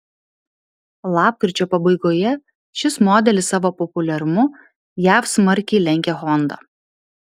lapkričio pabaigoje šis modelis savo populiarumu jav smarkiai lenkė honda